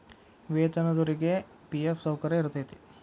ವೇತನದೊರಿಗಿ ಫಿ.ಎಫ್ ಸೌಕರ್ಯ ಇರತೈತಿ